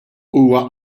huwa